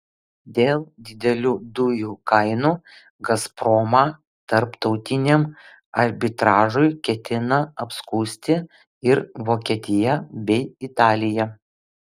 dėl didelių dujų kainų gazpromą tarptautiniam arbitražui ketina apskųsti ir vokietija bei italija